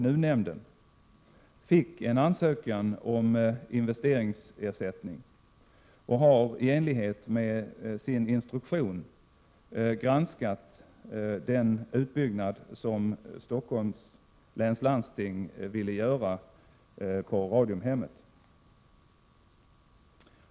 NUU-nämnden, fick en ansökan om investeringsersättning och har i enlighet med sin instruktion granskat den utbyggnad som Stockholms läns landsting ville göra på Radiumhemmet.